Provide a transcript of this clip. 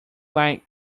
like